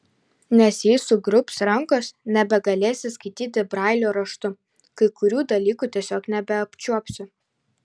nes jei sugrubs rankos nebegalėsi skaityti brailio raštu kai kurių dalykų tiesiog nebeapčiuopsi